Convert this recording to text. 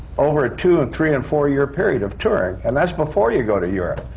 over a two and three and four year period of touring. and that's before you go to europe.